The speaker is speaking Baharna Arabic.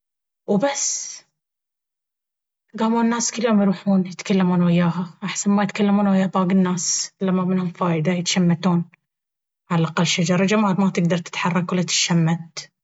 وبس قاموا الناس كل يوم يروحون يتكلمون وياها أحسن من ما يتكلمون ويا باقي الناس اللي مامنهم فادية يتشمتون على الاقل الشجرة جماد ما تقدر تتحرك ولا تتشمت